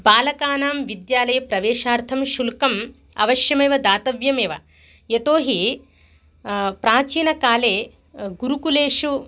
बालकानां विद्यालये प्रवेशार्थं शुक्लम् अवश्यमेव दातव्यम् एव यतो हि प्राचीनकाले गुरुकुलेषु